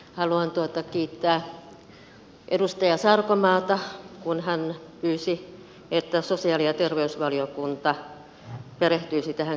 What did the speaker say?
haluan kiittää edustaja sarkomaata kun hän pyysi että sosiaali ja terveysvaliokunta perehtyisi tähän fasper hankkeeseen